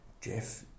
Jeff